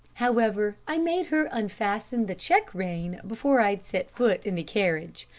however, i made her unfasten the check-rein before i'd set foot in the carriage.